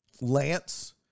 Lance